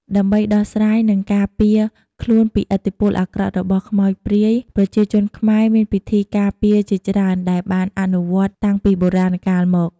ដើម្បីដោះស្រាយ និងការពារខ្លួនពីឥទ្ធិពលអាក្រក់របស់ខ្មោចព្រាយ ប្រជាជនខ្មែរមានពិធីការពារជាច្រើនដែលបានអនុវត្តន៍តាំងពីបុរាណកាលមក។